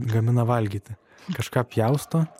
gamina valgyti kažką pjausto